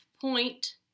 point